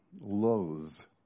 loath